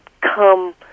come